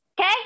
Okay